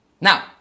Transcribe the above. Now